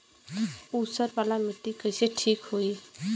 ऊसर वाली मिट्टी कईसे ठीक होई?